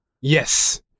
Yes